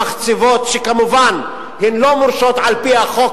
במחצבות שכמובן הן לא מורשות על-פי החוק